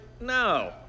No